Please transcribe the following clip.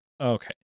Okay